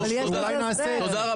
ואולי נעשה את זה.